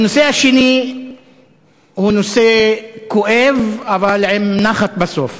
הנושא השני הוא נושא כואב, אבל עם נחת בסוף: